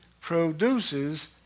produces